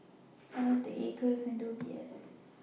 Eld Acres and O B S